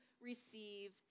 receive